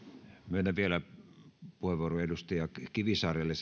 myönnän vielä puheenvuoron edustaja kivisaarelle